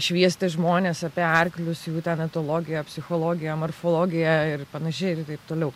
šviesti žmones apie arklius jų ten etologiją psichologiją morfologiją ir panašiai ir taip toliau